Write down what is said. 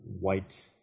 white